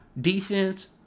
Defense